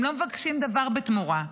הם לא מבקשים דבר בתמורה.